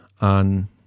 on